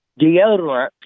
deodorant